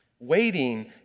Waiting